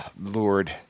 Lord